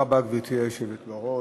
גברתי היושבת בראש,